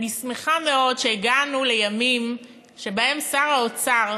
אני שמחה מאוד שהגענו לימים שבהם שר האוצר,